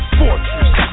fortress